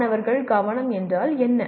மாணவர் கவனம் என்றால் என்ன